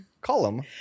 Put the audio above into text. column